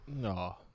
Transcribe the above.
No